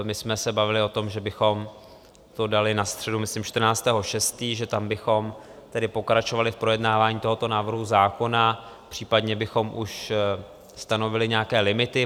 My jsme se bavili o tom, že bychom to dali na středu myslím 14. 6., že tam bychom tedy pokračovali v projednávání tohoto návrhu zákona, případně bychom už stanovili nějaké limity.